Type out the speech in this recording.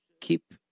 keep